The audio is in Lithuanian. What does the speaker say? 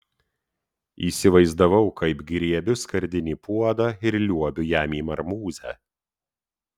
įsivaizdavau kaip griebiu skardinį puodą ir liuobiu jam į marmūzę